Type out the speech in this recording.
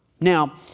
Now